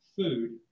food